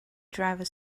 driver